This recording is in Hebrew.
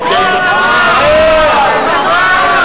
אוה, אוה,